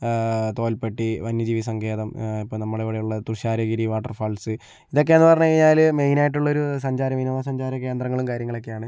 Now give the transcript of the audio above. തോൽപ്പെട്ടി വന്യജീവി സങ്കേതം ഇപ്പോൾ നമ്മുടെ ഇവിടെയുള്ള തുഷാരഗിരി വാട്ടർ ഫാൾസ് ഇതൊക്കെയെന്ന് പറഞ്ഞു കഴിഞ്ഞാൽ മെയിൻ ആയിട്ടുള്ള ഒരു സഞ്ചാരം വിനോദസഞ്ചാരകേന്ദ്രങ്ങളും കാര്യങ്ങളും ഒക്കെയാണ്